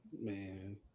man